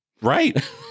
Right